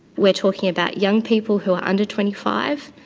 we're talking about young people who are under twenty five,